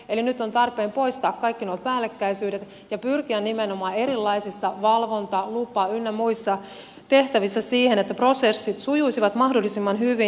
eli nyt on tarpeen poistaa kaikki nuo päällekkäisyydet ja pyrkiä nimenomaan erilaisissa valvonta lupa ynnä muissa tehtävissä siihen että prosessit sujuisivat mahdollisimman hyvin